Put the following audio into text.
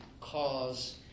cause